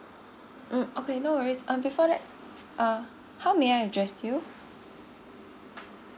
mm okay no worries um before that uh how may I address you